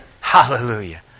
Hallelujah